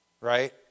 right